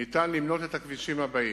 ניתן למנות את הכבישים הבאים: